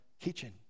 kitchen